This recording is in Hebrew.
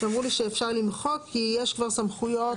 שאמרו לי שאפשר למחוק כי יש כבר אמירה